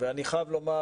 ואני חייב לומר